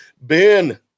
Ben